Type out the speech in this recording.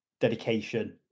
Dedication